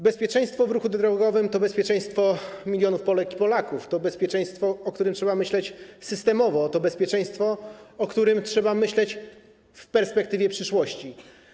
Bezpieczeństwo w ruchu drogowym to bezpieczeństwo milionów Polek i Polaków, to bezpieczeństwo, o którym trzeba myśleć systemowo, to bezpieczeństwo, o którym trzeba myśleć w perspektywie przyszłości.